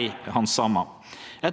Dette er